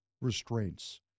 restraints